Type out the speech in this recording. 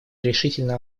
решительно